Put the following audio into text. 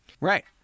Right